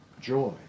joy